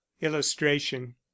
illustration